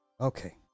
Okay